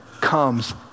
comes